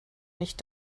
nicht